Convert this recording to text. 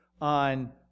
on